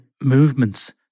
movements